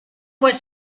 with